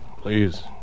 Please